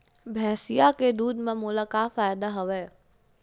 भैंसिया के दूध म मोला का फ़ायदा हवय?